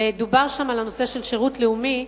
ודובר שם על הנושא של שירות לאומי